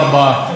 כלום.